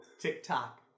TikTok